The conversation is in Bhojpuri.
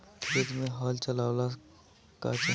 खेत मे हल चलावेला का चाही?